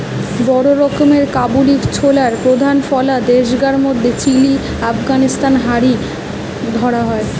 বড় রকমের কাবুলি ছোলার প্রধান ফলা দেশগার মধ্যে চিলি, আফগানিস্তান হারি ধরা হয়